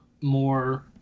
more